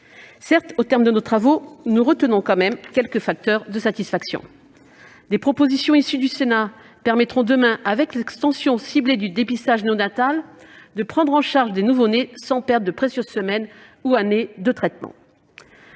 Certes, au terme de nos travaux, nous retenons quelques facteurs de satisfaction. Des propositions issues du Sénat permettront demain, avec l'extension ciblée du dépistage néonatal, de prendre en charge des nouveau-nés sans perdre de précieuses semaines ou années de traitement.